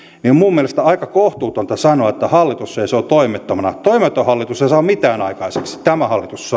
minun mielestäni on aika kohtuutonta sanoa että hallitus seisoo toimettomana toimeton hallitus ei saa mitään aikaiseksi tämä hallitus